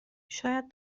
شاید